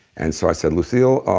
and so i said, lucille,